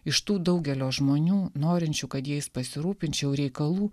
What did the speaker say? iš tų daugelio žmonių norinčių kad jais pasirūpinčiau reikalų